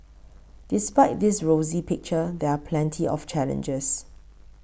despite this rosy picture there are plenty of challenges